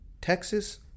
Texas